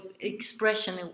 expression